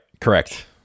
correct